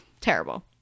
terrible